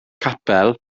capel